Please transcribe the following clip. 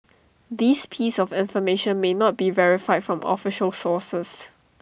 this piece of information may not be verified from official sources